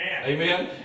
Amen